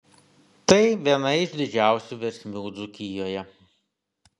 tai viena iš didžiausių versmių dzūkijoje